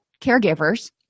caregivers